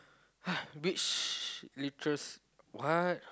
which litera~ what